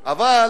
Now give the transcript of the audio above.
אני